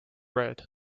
red